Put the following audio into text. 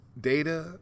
data